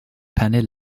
penny